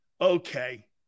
Okay